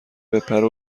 بپره